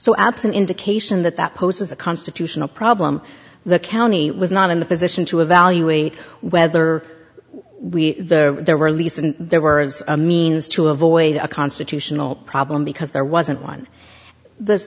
absent indication that that poses a constitutional problem the county was not in the position to evaluate whether we the there were leaks and there were as a means to avoid a constitutional problem because there wasn't one th